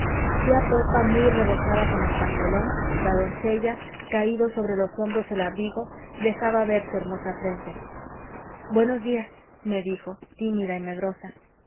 tía pepa muy rebozada con el pañolón la doncella caído sobre los hombros el abrigo dejaba ver su hermosa frente buenos días me dijo tímida y medrosa